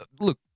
Look